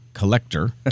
Collector